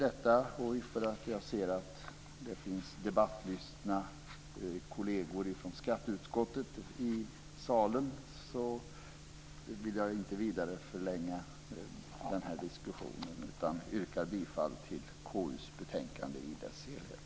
Eftersom jag ser att det finns debattlystna kolleger från skatteutskottet i kammaren, vill jag inte vidare förlänga diskussionen, utan yrkar bifall till hemställan i KU:s betänkande i dess helhet.